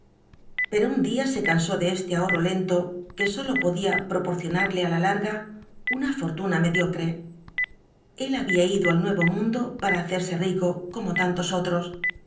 pero un día se cansó de este ahorro lento que sólo podía proporcionarle á la larga una fortuna mediocre el había ido al nuevo mundo para hacerse rico como tantos otros